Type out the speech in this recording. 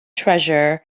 treasurer